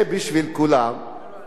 וזה באמת בשביל כולם,